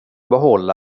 behålla